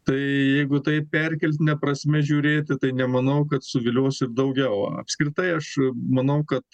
tai jeigu taip perkeltine prasme žiūrėti tai nemanau kad suvilios ir daugiau apskritai aš manau kad